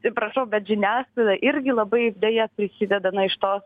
atsiprašau bet žiniasklaida irgi labai deja prisideda na iš to